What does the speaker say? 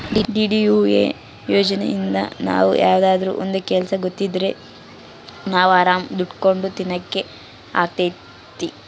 DDUA ಯೋಜನೆಇಂದ ನಾವ್ ಯಾವ್ದಾದ್ರೂ ಒಂದ್ ಕೆಲ್ಸ ಗೊತ್ತಿದ್ರೆ ನಾವ್ ಆರಾಮ್ ದುಡ್ಕೊಂಡು ತಿನಕ್ ಅಗ್ತೈತಿ